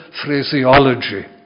phraseology